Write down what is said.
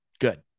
Good